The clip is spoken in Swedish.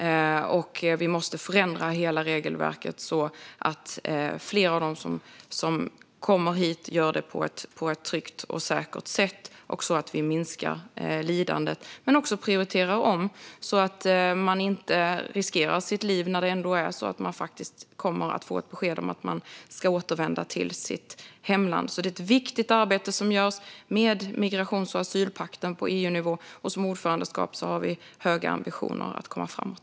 Hela regelverket måste förändras så att fler av dem som kommer hit gör det på ett tryggt och säkert sätt och så att lidandet minskar. Det gäller också att prioritera om så att den som ändå kommer att få besked om att den ska återvända till sitt hemland inte riskerar sitt liv. Det är ett viktigt arbete som görs med migrations och asylpakten på EU-nivå, och under ordförandeskapet har Sverige höga ambitioner att komma framåt.